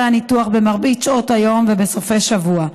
הניתוח ברוב שעות היום ובסופי שבוע,